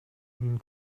ihm